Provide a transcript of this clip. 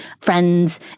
friends